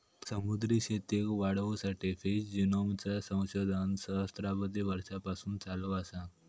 समुद्री शेतीक वाढवुसाठी फिश जिनोमचा संशोधन सहस्त्राबधी वर्षांपासून चालू असा